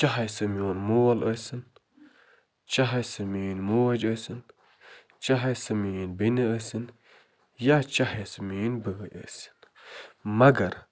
چاہے سُہ میون مول أسِن چاہے سُہ میٛٲنۍ موج أسِن چاہے سُہ میٛٲنۍ بیٚنہِ أسِن یا چاہے سُہ میٛٲنۍ بٲے أسِن مگر